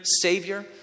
Savior